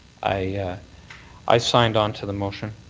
i i signed on to the motion,